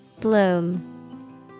Bloom